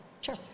Sure